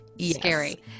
scary